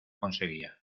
conseguía